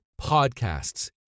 Podcasts